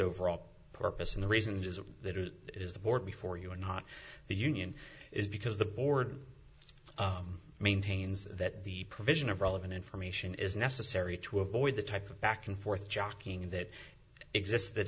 overall purpose and the reason is that it is the board before you or not the union is because the board maintains that the provision of relevant information is necessary to avoid the type of back and forth jockeying that exists that